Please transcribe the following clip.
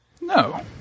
No